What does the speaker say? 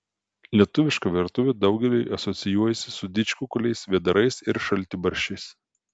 lietuviška virtuvė daugeliui asocijuojasi su didžkukuliais vėdarais ir šaltibarščiais